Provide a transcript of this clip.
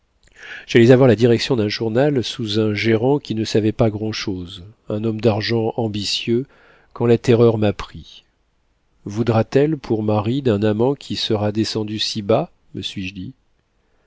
j'allais avoir la direction d'un journal sous un gérant qui ne savait pas grand'chose un homme d'argent ambitieux quand la terreur m'a pris voudra-t-elle pour mari d'un amant qui sera descendu si bas me suis-je dit